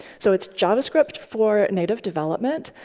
so it's javascript for native development.